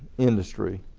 industry